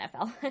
NFL